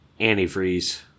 Antifreeze